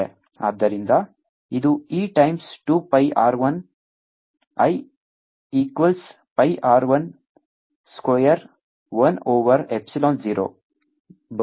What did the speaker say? ಆದ್ದರಿಂದ ಇದು E times 2 pi r 1 l equals pi r 1 square l over epsilon 0